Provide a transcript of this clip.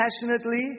passionately